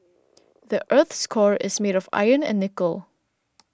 the earth's core is made of iron and nickel